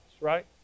right